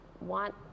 want